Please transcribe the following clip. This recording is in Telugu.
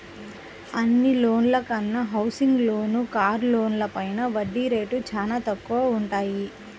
అన్ని లోన్ల కన్నా హౌసింగ్ లోన్లు, కారు లోన్లపైన వడ్డీ రేట్లు చానా తక్కువగా వుంటయ్యి